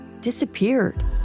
disappeared